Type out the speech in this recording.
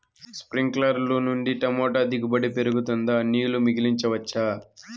స్ప్రింక్లర్లు నుండి టమోటా దిగుబడి పెరుగుతుందా? నీళ్లు మిగిలించవచ్చా?